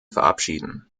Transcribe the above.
verabschieden